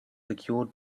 secured